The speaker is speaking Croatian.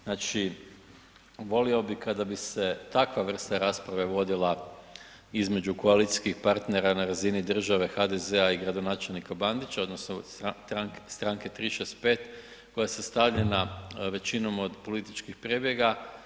Znači volio bih kada bi se takva vrsta rasprave vodila između koalicijskih partnera na razini države, HDZ-a i gradonačelnika Bandića, odnosno stranke 365 koja se stavlja na većinom od političkih prebjega.